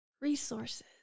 resources